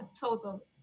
total